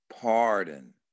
pardon